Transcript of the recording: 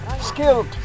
skilled